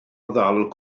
ddal